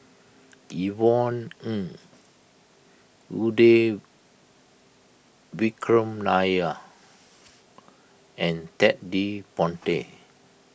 Yvonne Ng Uhde Vikram Nair and Ted De Ponti